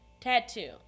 tattoo